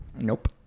Nope